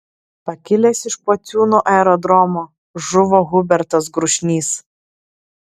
pakilęs iš pociūnų aerodromo žuvo hubertas grušnys